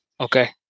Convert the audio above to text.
Okay